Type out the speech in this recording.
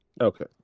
Okay